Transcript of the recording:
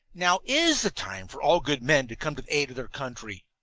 now is the time for all good men to come to the aid of their country.